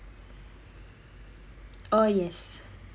oh yes